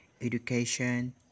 education